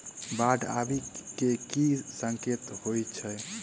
बाढ़ आबै केँ की संकेत होइ छै?